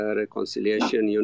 reconciliation